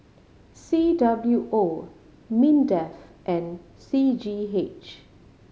C W O MINDEF and C G H